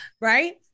right